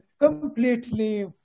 completely